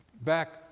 back